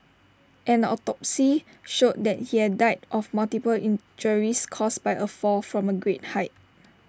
an autopsy showed that he had died of multiple injuries caused by A fall from A great height